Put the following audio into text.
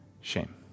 shame